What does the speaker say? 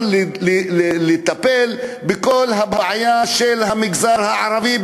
לטפל בכל הבעיה של המגזר הערבי?